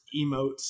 emotes